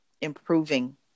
improving